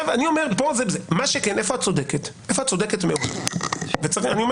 מה שכן, איפה את צודקת ואני אומר